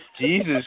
Jesus